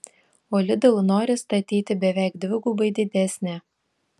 o lidl nori statyti beveik dvigubai didesnę